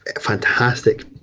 fantastic